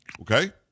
Okay